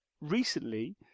recently